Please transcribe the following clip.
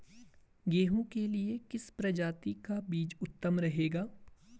गेहूँ के लिए किस प्रजाति का बीज उत्तम रहेगा?